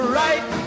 right